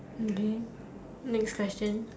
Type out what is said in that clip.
and then next question